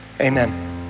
amen